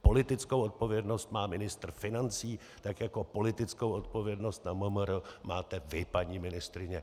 Politickou odpovědnost má ministr financí, tak jako politickou odpovědnost na MMR máte vy, paní ministryně.